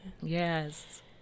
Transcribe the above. Yes